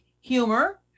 humor